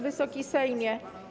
Wysoki Sejmie!